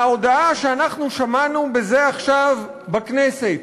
ההודעה שאנחנו שמענו זה עכשיו בכנסת,